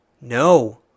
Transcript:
No